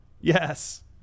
Yes